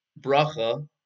bracha